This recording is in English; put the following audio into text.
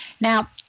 Now